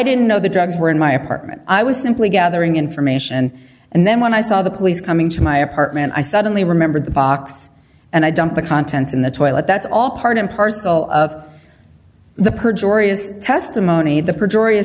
didn't know the drugs were in my apartment i was simply gathering information and then when i saw the police coming to my apartment i suddenly remembered the box and i dumped the contents in the toilet that's all part and parcel of the perjury is testimony the perjury a